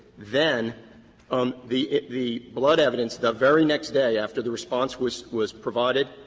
then um the the blood evidence, the very next day, after the response was was provided,